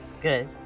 Good